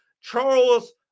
Charles